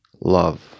Love